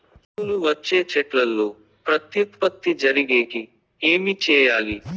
పూలు వచ్చే చెట్లల్లో ప్రత్యుత్పత్తి జరిగేకి ఏమి చేయాలి?